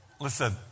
Listen